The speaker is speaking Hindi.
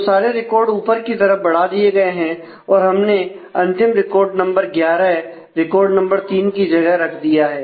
तो सारे रिकॉर्ड ऊपर की तरफ बढ़ा दिए गए हैं और हमने अंतिम रिकॉर्ड नंबर ग्यारह रिकॉर्ड नंबर तीन की जगह रख दिया है